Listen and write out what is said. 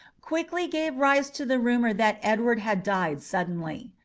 quickly gave rise to the rumour that edward had died suddenly.